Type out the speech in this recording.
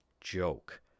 joke